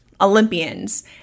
Olympians